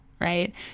right